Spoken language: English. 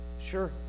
Sure